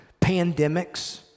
pandemics